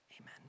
amen